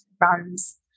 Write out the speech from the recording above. runs